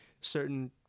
certain